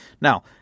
Now